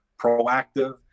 proactive